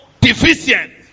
deficient